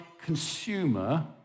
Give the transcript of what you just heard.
consumer